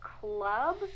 club